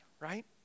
right